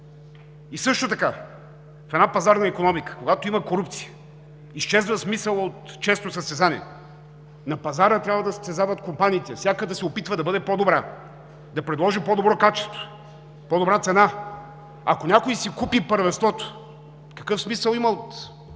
и също така в една пазарна икономика, когато има корупция, изчезва смисълът от честно състезание. На пазара трябва да се състезават компаниите – всяка да се опитва да бъде по-добра, да предложи по-добро качество, по-добра цена. Ако някой си купи първенството, какъв смисъл има от